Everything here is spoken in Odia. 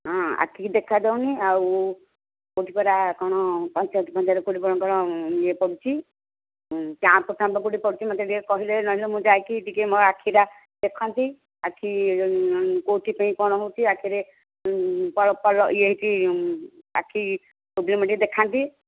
ହଁ ଆଖିକି ଦେଖାଯାଉନି ଆଉ କେଉଁଠି ପରା କ'ଣ ପଞ୍ଚାୟତ ପଞ୍ଚାୟତ କେଉଁଠି ପରା କ'ଣ ୟେ କରୁଛି କ୍ୟାମ୍ପ ଫ୍ୟାପ କେଉଁଠି କରୁଛି ମୋତେ ଟିକେ କହିଲେ ନହେଲେ ମୁଁ ଯାଇକି ଟିକେ ମୋ ଆଖିଟା ଦେଖନ୍ତି ଆଖି କେଉଁଥିପାଇଁ କ'ଣ ହେଉଛି ଆଖିରେ ପରସ୍ତ ଫରସ୍ତ ୟେ ହୋଇଛି ଆଖି ପ୍ରୋବ୍ଲେମ ଟିକେ ଦେଖାନ୍ତି